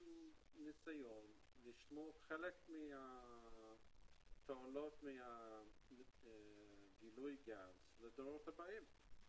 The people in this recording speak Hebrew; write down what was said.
ניסיון לשמור חלק מהתועלות של גילוי הגז לדורות הבאים.